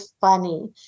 funny